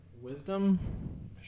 Wisdom